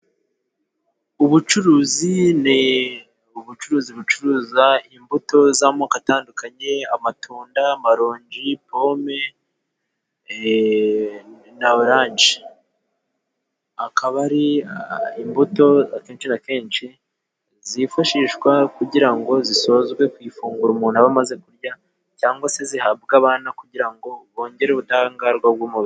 Ubucuruzi ni ubucuruzi bucuruza imbuto z'amoko atandukanye amatunda, amaronji, pome na oranje. Akaba ari imbuto akenshi na kenshi zifashishwa kugira ngo zisozwe ku ifunguro umuntu aba amaze kurya cyangwa se zihabwa abana kugira ngo bongere ubudahangarwa bw'umubiri.